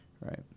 right